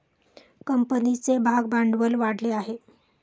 कंपनीचे भागभांडवल वाढले आहे